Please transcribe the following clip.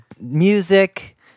music